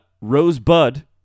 Rosebud